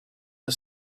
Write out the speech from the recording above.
the